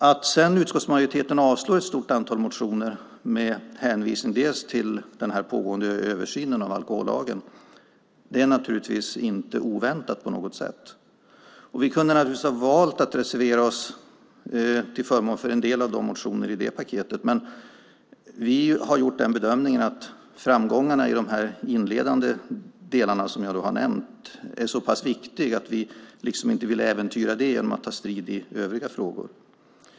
Att utskottsmajoriteten avstyrker ett stort antal motioner med hänvisning till den pågående översynen av alkohollagen är inte oväntat på något sätt. Vi kunde ha valt att reservera oss till förmån för en del av motionerna i det paketet, men vi har gjort den bedömningen att framgångarna i de inledande delarna som jag har nämnt är så pass viktiga att vi inte vill äventyra det genom att ta strid i övriga frågor.